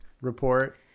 report